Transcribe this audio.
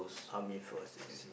army forces